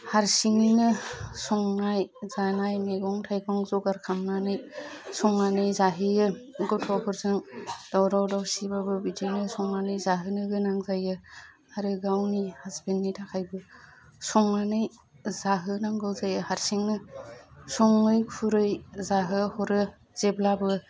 हारसिङैनो संनाय जानाय मैगं थाइगं जगार खालामनानै संनानै जाहोयो गथ'फोरजों दावराव दावसिबाबो बिदिनो संनानै जाहोनो गोनां जायो आरो गावनि हासबेण्डनि थाखायबो संनानै जाहोनांगौ जायो हारसिंनो सङै खुरै जाहोहरो जेब्लाबो